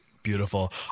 beautiful